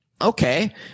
okay